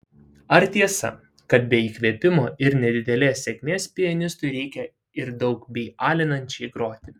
ar tiesa kad be įkvėpimo ir nedidelės sėkmės pianistui reikia ir daug bei alinančiai groti